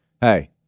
hey